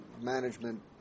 management